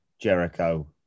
Jericho